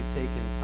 taken